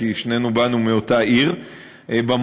כי שנינו באנו מאותה עיר במקור,